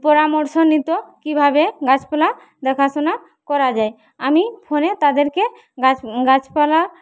পরামর্শ নিতো কিভাবে গাছপালা দেখাশোনা করা যায় আমি ফোনে তাদেরকে গাছ গাছপালা